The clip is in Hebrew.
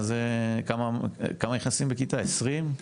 כמה נכנסים בכיתה 20?